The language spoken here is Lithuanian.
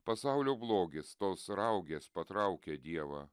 pasaulio blogis tos raugės patraukia dievą